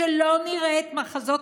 שלא נראה את מחזות